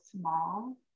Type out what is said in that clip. small